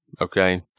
okay